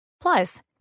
Plus